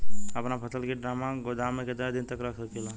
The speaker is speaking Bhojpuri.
अपना फसल की ड्रामा गोदाम में कितना दिन तक रख सकीला?